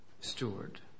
steward